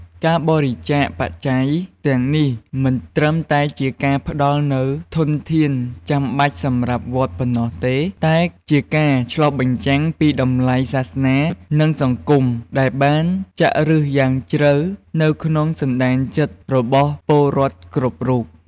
ការបរិច្ចាគបច្ច័យទាំងនេះមិនត្រឹមតែជាការផ្ដល់នូវធនធានចាំបាច់សម្រាប់វត្តប៉ុណ្ណោះទេ តែជាការឆ្លុះបញ្ចាំងពីតម្លៃសាសនា និងសង្គមដែលបានចាក់ឫសយ៉ាងជ្រៅទៅក្នុងសន្តានចិត្តរបស់ពលរដ្ឋគ្រប់រូប។